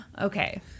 Okay